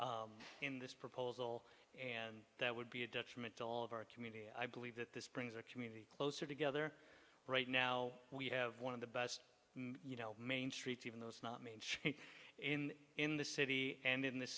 in this proposal and that would be a detriment to all of our community i believe that this brings our community closer together right now we have one of the best you know main streets even those not me in in the city and in this